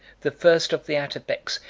the first of the atabeks,